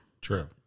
True